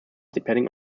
depending